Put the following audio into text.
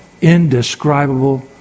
indescribable